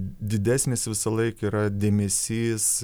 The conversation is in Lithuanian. didesnis visą laiką yra dėmesys